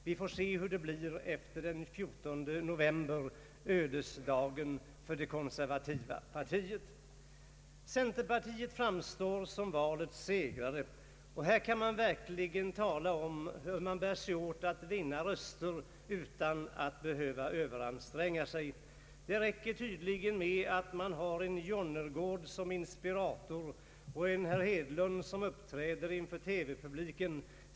Vi får se hur det blir efter den 14 november — ödesdagen för det konservativa partiet. Centerpartiet framstår som valets segrare, och här kan man verkligen tala om konsten att vinna röster utan att behöva anstränga sig. Det räcker tydligen med att man har en Jonnergård som inspirator och en Hedlund som uppträder inför TV-publiken.